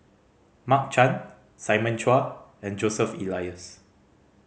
Mark Chan Simon Chua and Joseph Elias